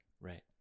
right